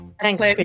Thanks